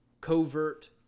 covert